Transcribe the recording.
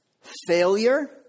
failure